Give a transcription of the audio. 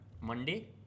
Monday